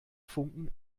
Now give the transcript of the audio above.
funken